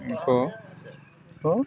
ᱩᱱᱠᱩ ᱠᱚ ᱠᱚ